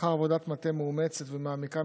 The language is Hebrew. ולאחר עבודת מטה מאומצת ומעמיקה,